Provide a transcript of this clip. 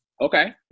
Okay